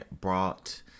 brought